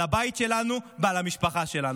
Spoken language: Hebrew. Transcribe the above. על הבית שלנו ועל המשפחה שלנו.